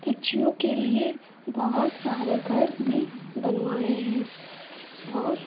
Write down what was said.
पक्षियों के लिए बहुत सारे घर भी बनवाए हैं और